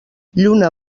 lluna